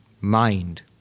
Mind